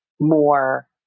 more